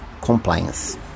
compliance